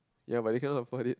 ya but you cannot afford it